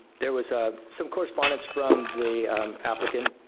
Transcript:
there was ah some correspondence from the applicant,